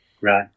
right